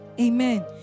amen